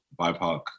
BIPOC